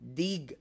dig